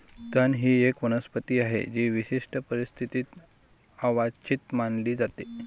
तण ही एक वनस्पती आहे जी विशिष्ट परिस्थितीत अवांछित मानली जाते